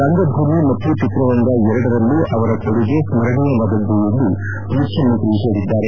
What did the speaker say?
ರಂಗಭೂಮಿ ಮತ್ತು ಚಿತ್ರರಂಗ ಎರಡಲ್ಲೂ ಅವರ ಕೊಡುಗೆ ಸ್ಟರಣೀಯವಾದದ್ದು ಎಂದು ಮುಖ್ಯಮಂತ್ರಿ ಹೇಳಿದ್ದಾರೆ